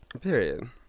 Period